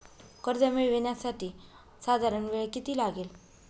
कर्ज मिळविण्यासाठी साधारण किती वेळ लागेल?